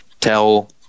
tell